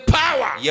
power